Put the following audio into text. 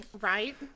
Right